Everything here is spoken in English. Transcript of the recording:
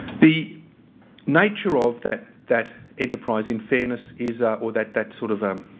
the nature of that that enterprise in fairness is ah or that that sort of